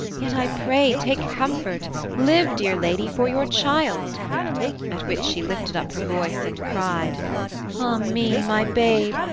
yet i pray take comfort live, dear lady, for your child at which she lifted up her voice and cried. ah me, my babe,